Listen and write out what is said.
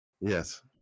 Yes